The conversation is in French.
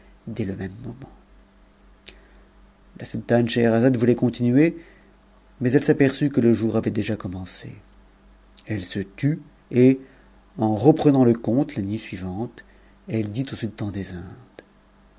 te même moment lit sultane scheherazade voulait continuer mais elle s'aperçut que le jour avait déjà commencé elle se tut et en reprenant le conte la nuit nantp elle dit au sultan des indes